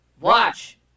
Watch